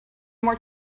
more